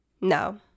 no